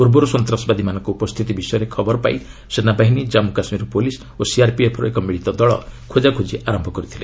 ପୂର୍ବରୁ ସନ୍ତାସବାଦୀମାନଙ୍କ ଉପସ୍ଥିତି ବିଷୟରେ ଖବର ପାଇ ସେନାବାହିନୀ କମ୍ମୁ କାଶ୍କୀର ପୁଲିସ୍ ଓ ସିଆର୍ପିଏଫ୍ର ଏକ ମିଳିତ ଦଳ ଖୋଜାଖୋଜି ଆରମ୍ଭ କରିଥିଲେ